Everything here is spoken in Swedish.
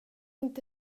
inte